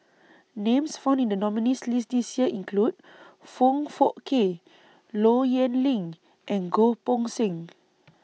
Names found in The nominees' list This Year include Foong Fook Kay Low Yen Ling and Goh Poh Seng